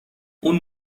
اون